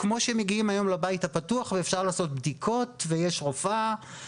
זה בדיוק כמו שמגיעים היום לבית הפתוח ואפשר לעשות בדיקות ויש רופאה.